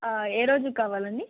ఏ రోజుకి కావాలండి